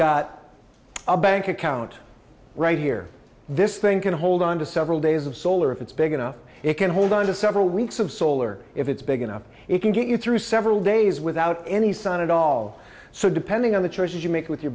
got a bank account right here this thing can hold on to several days of solar if it's big enough it can hold on to several weeks of solar if it's big enough it can get you through several days without any sun at all so depending on the choices you make with your